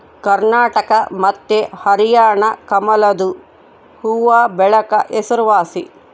ಕರ್ನಾಟಕ ಮತ್ತೆ ಹರ್ಯಾಣ ಕಮಲದು ಹೂವ್ವಬೆಳೆಕ ಹೆಸರುವಾಸಿ